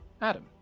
Adam